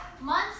months